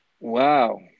Wow